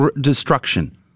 destruction